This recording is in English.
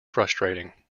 frustrating